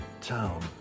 town